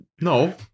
No